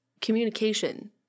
communication